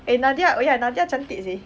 eh nadia oh ya nadia cantik seh